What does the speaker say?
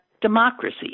democracy